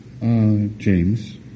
James